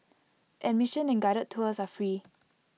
admission and guided tours are free